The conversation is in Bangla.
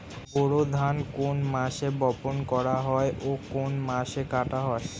বোরো ধান কোন মাসে বপন করা হয় ও কোন মাসে কাটা হয়?